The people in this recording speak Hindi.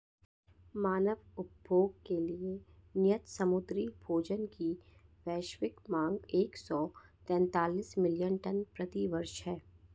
मानव उपभोग के लिए नियत समुद्री भोजन की वैश्विक मांग एक सौ तैंतालीस मिलियन टन प्रति वर्ष है